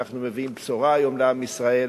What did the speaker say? אנחנו מביאים היום בשורה לעם ישראל,